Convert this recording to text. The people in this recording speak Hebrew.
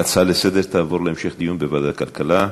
ההצעה לסדר-היום תעבור להמשך דיון בוועדת הכלכלה.